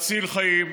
תציל חיים,